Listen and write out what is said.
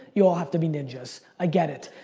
y'all have to be ninjas. i get it.